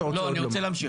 לא, אני רוצה להמשיך.